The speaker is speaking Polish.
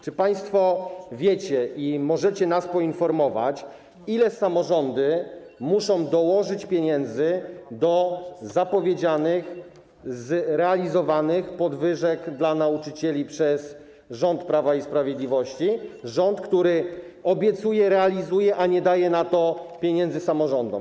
Czy państwo wiecie i możecie nas poinformować, ile pieniędzy muszą dołożyć samorządy do zapowiedzianych, zrealizowanych podwyżek dla nauczycieli przez rząd Prawa i Sprawiedliwości, rząd, który obiecuje, realizuje, a nie daje na to pieniędzy samorządom?